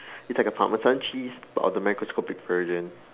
it's like a parmesan cheese but on the microscopic version